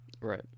Right